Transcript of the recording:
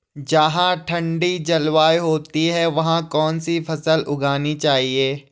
जहाँ ठंडी जलवायु होती है वहाँ कौन सी फसल उगानी चाहिये?